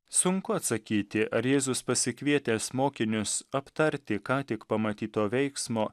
sunku atsakyti ar jėzus pasikvietęs mokinius aptarti ką tik pamatyto veiksmo